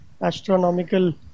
Astronomical